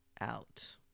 out